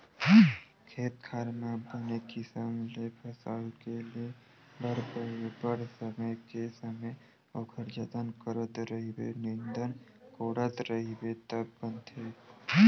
खेत खार म बने किसम ले फसल के ले बर बरोबर समे के समे ओखर जतन करत रहिबे निंदत कोड़त रहिबे तब बनथे